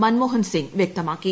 മൻമോഹൻ സിംഗ് വ്യക്തമാക്കി